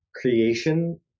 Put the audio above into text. Creation